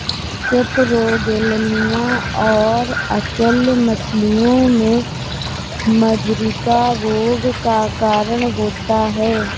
सेपरोगेलनिया और अचल्य मछलियों में मधुरिका रोग का कारण होता है